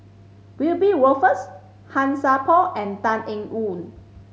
Wiebe Wolters Han Sai Por and Tan Eng Yoon